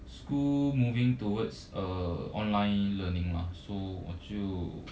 school moving towards err online learning lah so 我就